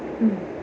hmm